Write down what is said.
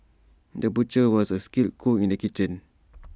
the butcher was also A skilled cook in the kitchen